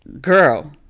Girl